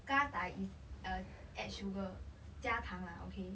ga dai is uh add sugar 加糖 lah okay